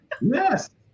Yes